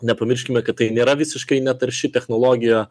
nepamirškime kad tai nėra visiškai netarši technologija